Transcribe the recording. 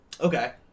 Okay